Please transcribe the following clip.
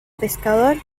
pescador